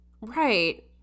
Right